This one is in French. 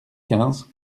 quinze